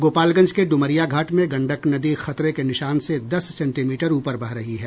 गोपालगंज के ड्मरिया घाट में गंडक नदी खतरे के निशान से दस सेंटीमीटर ऊपर बह रही है